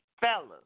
fellas